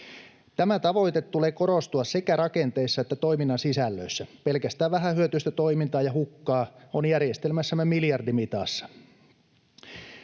Tämän tavoitteen tulee korostua sekä rakenteissa että toiminnan sisällöissä. Pelkästään vähähyötyistä toimintaa ja hukkaa on järjestelmässämme miljardimitassa.